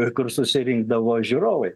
ir kur susirinkdavo žiūrovai